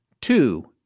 Two